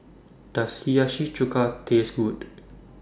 Does Hiyashi Chuka Taste Good